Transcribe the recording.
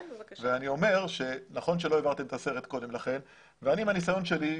אני אומר שנכון שלא העברתם את הסרט קודם לכן ואני מהניסיון שלי,